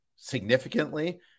Significantly